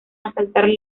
asaltar